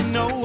no